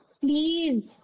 please